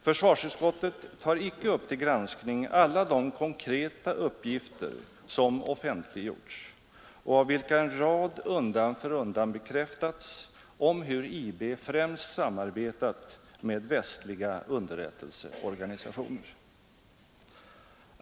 Försvarsutskottet tar icke upp till granskning alla de konkreta uppgifter som offentliggjorts och av vilka en rad undan för undan bekräftats om hur IB främst samarbetat med västliga underrättelseorganisationer.